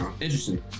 interesting